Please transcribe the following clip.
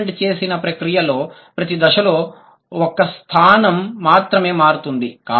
document చేసిన ప్రక్రియలోని ప్రతి దశ లో ఒక్క స్థానం మాత్రమే మారుతుంది